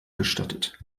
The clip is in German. gestattet